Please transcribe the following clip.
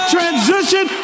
Transition